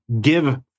give